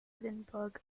edinburgh